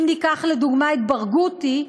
אם ניקח לדוגמה את ברגותי,